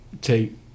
take